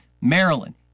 Maryland